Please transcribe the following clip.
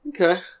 Okay